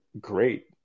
great